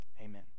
amen